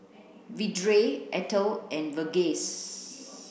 Vedre Atal and Verghese